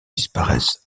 disparaissent